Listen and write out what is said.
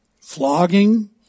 flogging